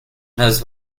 knows